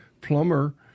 plumber